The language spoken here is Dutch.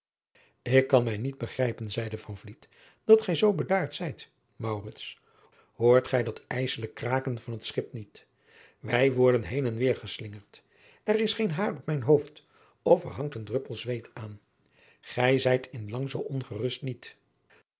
ik kan mij niet begrijpen zeide van vliet dat gij zoo bedaard zijt maurits hoort gij dat ijsselijk kraken van het schip niet wij worden heen en weêr geslingerd er is geen haar op mijn hoofd of er hangt een droppel zweet aan gij zijt in lang zoo ongerust niet